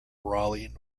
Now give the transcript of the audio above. raleigh